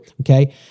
okay